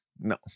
no